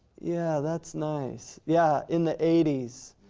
yeah, that's nice, yeah, in the eighty s,